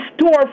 store